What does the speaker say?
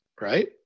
right